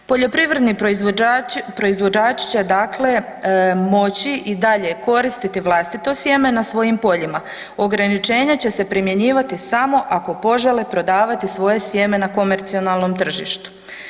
Poljoprivredni proizvođači će dakle moći i dalje koristiti vlastito sjeme na svojim poljima, ograničenje će se primjenjivati samo ako požele prodavati svoje sjeme na komercionalnom tržištu.